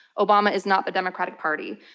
obama is not the democratic party.